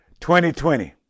2020